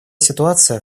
ситуация